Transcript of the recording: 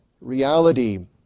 reality